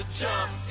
jump